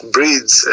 Breeds